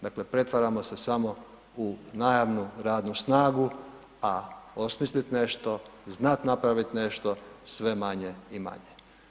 Dakle pretvaramo se samo u najavu radnu snagu, a osmisliti nešto, znati napraviti nešto, sve manje i manje.